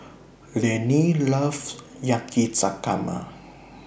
Leanne loves Yakizakana